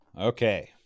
Okay